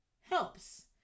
helps